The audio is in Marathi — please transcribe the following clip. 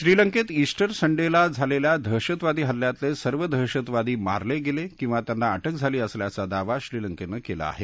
श्रीलंकेत ईस्टर संडेला झालेल्या दहशतवादी हल्ल्यातले सर्व दहशतवादी मारले गेले किंवा त्यांना अटक झाली असल्याचा दावा श्रीलंकेनं केला आहे